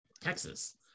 Texas